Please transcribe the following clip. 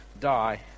die